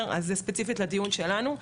זה ספציפית לדיון שלנו.